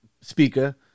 speaker